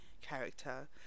character